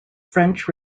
french